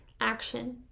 action